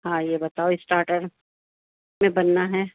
ہاں یہ بتاؤ اسٹارٹر میں بننا ہے